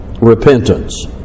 repentance